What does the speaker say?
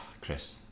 Chris